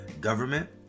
government